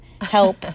help